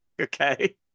Okay